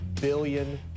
billion